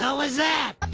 so was that?